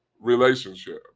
relationship